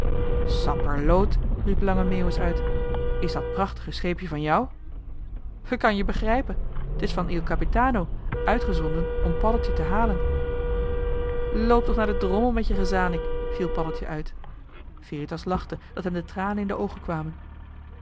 sapperloot riep lange meeuwis uit is dat prachtige scheepje van jou kan je begrijpen t is van il capitano uitgezonden om paddeltje te halen loop toch naar den drommel met je gezanik viel paddeltje uit veritas lachte dat hem de tranen in de oogen kwamen